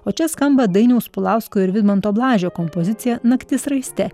o čia skamba dainiaus pulausko ir vidmanto blažio kompozicija naktis raiste